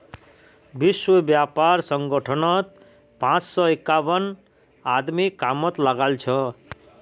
विश्व व्यापार संगठनत पांच सौ इक्यावन आदमी कामत लागल छ